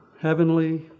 Heavenly